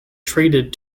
traded